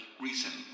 recent